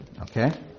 Okay